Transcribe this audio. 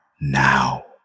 now